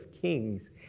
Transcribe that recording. Kings